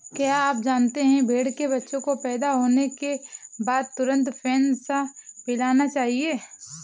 क्या आप जानते है भेड़ के बच्चे को पैदा होने के बाद तुरंत फेनसा पिलाना चाहिए?